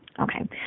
Okay